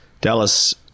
Dallas